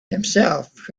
himself